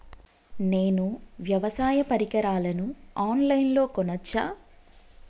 నేను వ్యవసాయ పరికరాలను ఆన్ లైన్ లో కొనచ్చా?